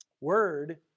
word